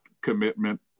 commitment